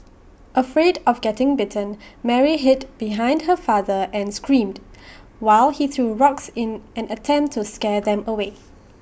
afraid of getting bitten Mary hid behind her father and screamed while he threw rocks in in an attempt to scare them away